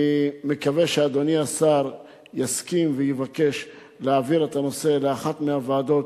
אני מקווה שאדוני השר יסכים ויבקש להעביר את הנושא לאחת מהוועדות,